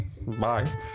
bye